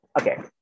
okay